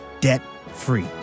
debt-free